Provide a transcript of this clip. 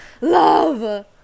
love